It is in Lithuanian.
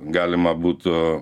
galima būtų